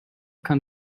kann